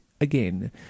Again